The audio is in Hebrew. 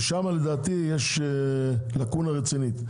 ושם לדעתי יש לקות רצינית.